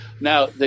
Now